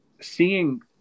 seeing